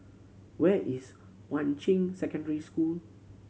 where is Yuan Ching Secondary School